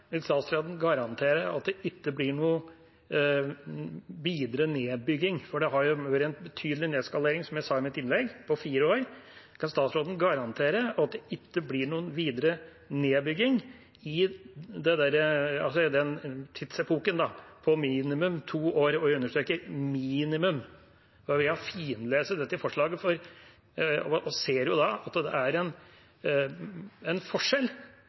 Vil statsråden garantere at det ikke blir noen videre nedbygging? For det har jo vært en betydelig nedskalering, som jeg sa i mitt innlegg, på fire år. Kan statsråden garantere at det ikke blir noen videre nedbygging i den tidsepoken på minimum to år – og jeg understreker minimum? Vi har finlest dette forslaget og ser jo at det er en forskjell